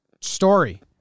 Story